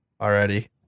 already